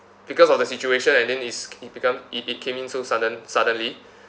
because of the situation and then is it become it it came in so sudden~ suddenly